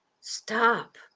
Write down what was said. stop